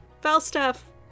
Falstaff